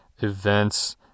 events